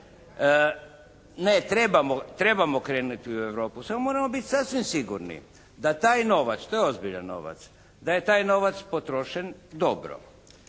Ne, trebamo krenuti u Europu. Samo moramo biti sasvim sigurni da taj novac, to je ozbiljan novac, da je taj novac potrošen dobro.